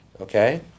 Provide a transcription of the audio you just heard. okay